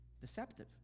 deceptive